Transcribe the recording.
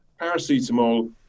paracetamol